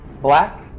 black